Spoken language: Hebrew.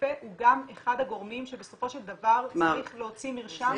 הרופא הוא גם אחד הגורמים שבסופו של דבר צריך להוציא מרשם.